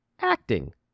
acting